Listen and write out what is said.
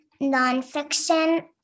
nonfiction